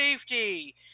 safety